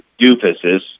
doofuses